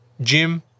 Jim